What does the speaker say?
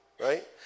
right